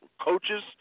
coaches